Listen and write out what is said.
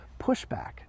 pushback